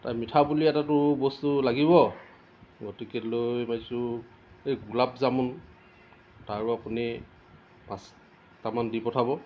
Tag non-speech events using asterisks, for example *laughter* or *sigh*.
তা মিঠা বুলি এটাতো বস্তু লাগিব গতিকে লৈ *unintelligible* এই গোলাপ জামু তাৰো আপুনি পাঁচটামান দি পঠাব